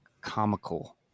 comical